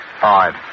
five